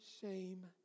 shame